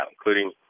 including